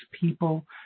people